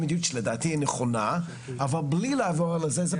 אבל אנחנו